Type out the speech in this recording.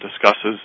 discusses